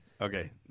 Okay